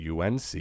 UNC